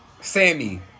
Sammy